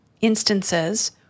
instances